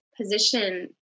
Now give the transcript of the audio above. position